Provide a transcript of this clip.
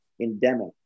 Endemic